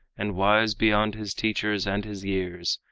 and wise beyond his teachers and his years,